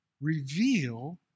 reveal